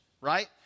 right